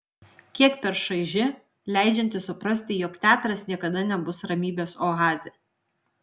kiek per šaiži leidžianti suprasti jog teatras niekada nebus ramybės oazė